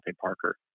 Parker